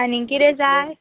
आनीक कितें जाय